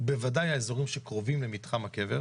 בוודאי האזורים שקרובים למתחם הקב,